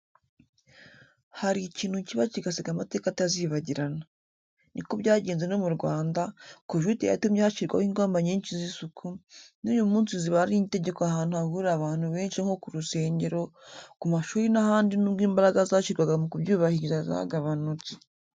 Hari ikintu kiba kigasiga amateka atazibagirana, niko byagenze no mu Rwanda, kovide yatumye hashyirwaho ingamba nyinshi z'isuku, n'uyu munsi ziba ari itegeko ahantu hahurira abantu benshi nko ku rusengero, ku mashuri n'ahandi n'ubwo imbaraga zashyirwaga mu kubyubahiriza zagabanutse.